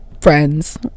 friends